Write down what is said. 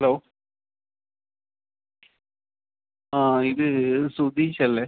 hello ആ ഇത് സുധീഷല്ലെ